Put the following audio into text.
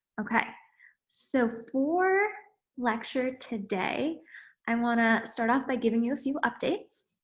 okay so for lecture today i want to start off by giving you a few updates,